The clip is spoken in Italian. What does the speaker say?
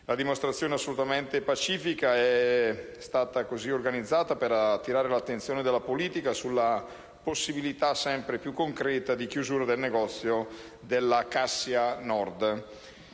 dimostrazione, assolutamente pacifica, è stata organizzata per attirare l'attenzione della politica sulla possibilità sempre più concreta di chiusura del negozio della Cassia nord.